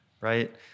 right